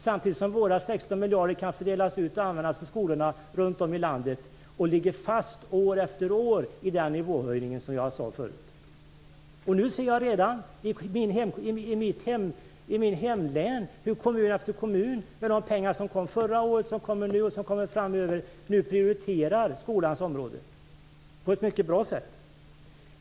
Samtidigt kan våra 16 miljarder fördelas ut och användas på skolorna runt om i landet och ligger fast år efter år på den höjda nivå som jag nämnde förut. Jag ser redan i mitt hemlän hur kommun efter kommun med de pengar som kom förra året, som kommer nu och som kommer framöver prioriterar skolans område på ett mycket bra sätt.